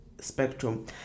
spectrum